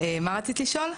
מה רצית לשאול?